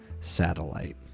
Satellite